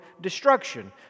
destruction